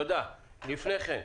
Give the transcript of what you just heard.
לפני כן,